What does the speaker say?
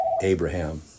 Abraham